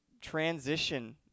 transition